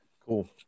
Cool